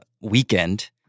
weekend